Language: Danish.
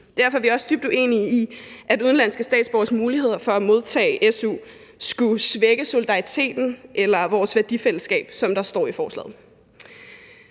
Derfor er vi også dybt uenige i, at udenlandske statsborgeres muligheder for at modtage su skulle svække solidariteten eller vores værdifællesskab, som der står i forslaget.